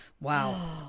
Wow